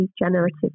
regenerative